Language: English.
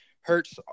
hurts